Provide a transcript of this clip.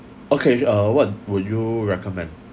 okay uh what would you recommend